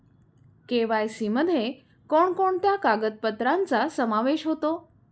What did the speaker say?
KYC मध्ये कोणकोणत्या कागदपत्रांचा समावेश होतो?